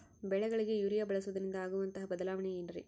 ಬೆಳೆಗಳಿಗೆ ಯೂರಿಯಾ ಬಳಸುವುದರಿಂದ ಆಗುವಂತಹ ಬದಲಾವಣೆ ಏನ್ರಿ?